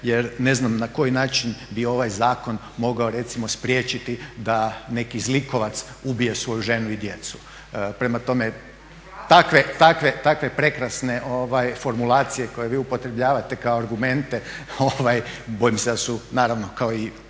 jer ne znam na koji način bi ovaj zakon mogao recimo spriječiti da neki zlikovac ubije svoju ženu i djecu. Prema tome, takve prekrasne formulacije koje vi upotrebljavate kao argumente bojim se da su naravno kao i